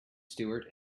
stewart